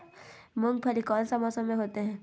मूंगफली कौन सा मौसम में होते हैं?